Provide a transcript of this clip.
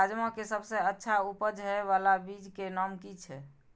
राजमा के सबसे अच्छा उपज हे वाला बीज के नाम की छे?